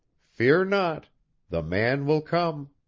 fear not the man will come